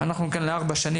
אנחנו כאן לארבע שנים.